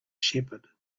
shepherd